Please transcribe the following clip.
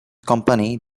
company